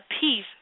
peace